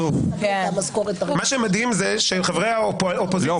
מה שמדהים זה שחברי האופוזיציה --- לא,